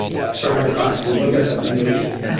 that's perfectly fine. we look at them individually.